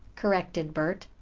corrected bert.